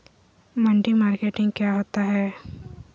मंडी मार्केटिंग क्या होता है?